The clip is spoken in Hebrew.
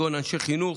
כגון אנשי חינוך,